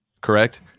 correct